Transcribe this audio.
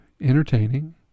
entertaining